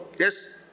Yes